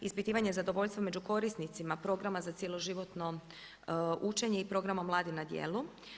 Ispitivanje zadovoljstva među korisnicima programa za cjeloživotno učenje i programom mladi na djelu.